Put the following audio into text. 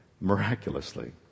Miraculously